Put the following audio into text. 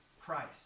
Christ